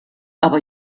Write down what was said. aber